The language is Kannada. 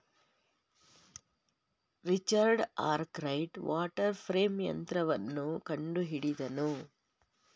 ರಿಚರ್ಡ್ ಅರ್ಕರೈಟ್ ವಾಟರ್ ಫ್ರೇಂ ಯಂತ್ರವನ್ನು ಕಂಡುಹಿಡಿದನು